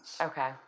Okay